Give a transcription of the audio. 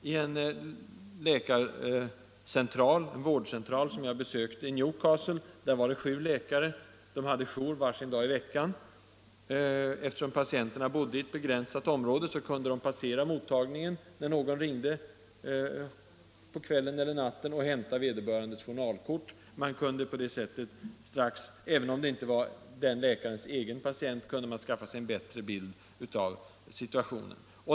Vid en vårdcentral som jag besökte i Newcastle fanns det sju läkare som hade jour var sin natt i veckan. Eftersom patienterna bodde i ett begränsat område kunde vederbörande läkare passera mottagningen när någon ringde på kvällen eller på natten och hämta patientens journalkort. Läkaren kunde på det sättet strax — även om det inte var hans egen patient — skaffa sig en bra bild av situationen.